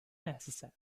necessary